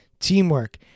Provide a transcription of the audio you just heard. teamwork